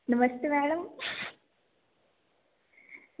नमस्ते madam